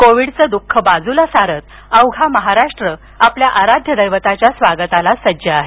कोविडचं द्रःख बाजूला सारत अवघा महाराष्ट्र आपल्या आराध्य दैवताच्या स्वागताला सज्ज आहे